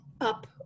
up